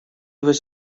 was